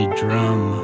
drum